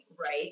right